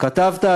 כתבת,